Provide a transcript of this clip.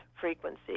frequency